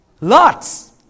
Lots